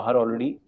already